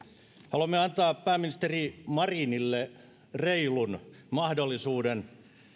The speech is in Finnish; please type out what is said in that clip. haluamme antaa pääministeri marinille reilun mahdollisuuden